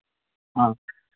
हाँ